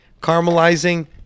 caramelizing